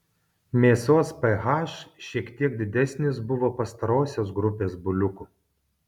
mėsos ph šiek tiek didesnis buvo pastarosios grupės buliukų